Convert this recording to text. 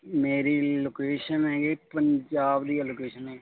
ਮੇਰੀ ਲੋਕੇਸ਼ਨ ਹੈਗੀ ਪੰਜਾਬ ਦੀ ਆ ਲੋਕੇਸ਼ਨ